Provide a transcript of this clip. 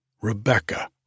Rebecca